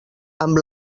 amb